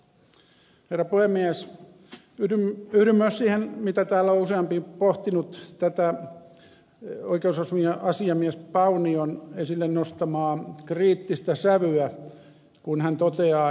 yhdyn myös siihen mitä täällä on useampi pohtinut tästä oikeusasiamies paunion esille nostamasta kriittisestä sävystä kun hän toteaa